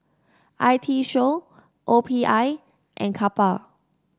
I T Show O P I and Kappa